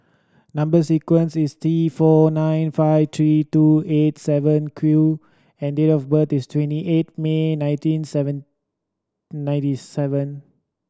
number sequence is T four nine five three two eight seven Q and date of birth is twenty eight May nineteen seven ninety seven